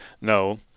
No